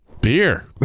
Beer